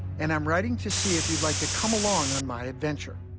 and i'm writing to see if you'd like to come along on my adventure.